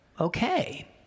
okay